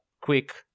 quick